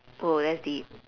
oh that's deep